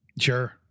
Sure